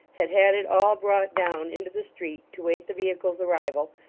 had had it all brought down into the street, to wait the vehicle's arrival,